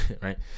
Right